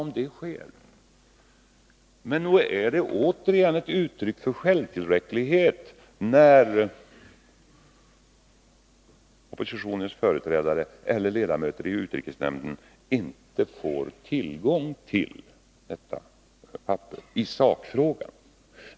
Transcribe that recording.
Men det är återigen ett uttryck för självtillräcklighet, eftersom oppositionens ledamöter i utrikesnämnden inte får tillgång till detta papper i sakfrågan.